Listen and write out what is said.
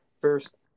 First